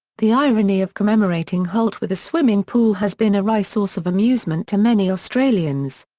the irony of commemorating holt with a swimming pool has been a wry source of amusement to many australians.